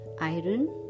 iron